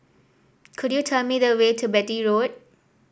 could you tell me the way to Beatty Road